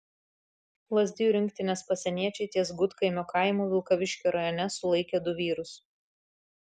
lazdijų rinktinės pasieniečiai ties gudkaimio kaimu vilkaviškio rajone sulaikė du vyrus